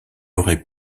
auraient